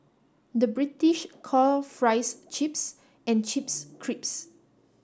the British call fries chips and chips crisps